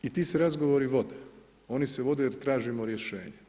I ti se razgovori vode, oni se vode jer tražimo rješenje.